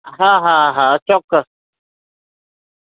હા હા હા ચોક્કસ